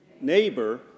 neighbor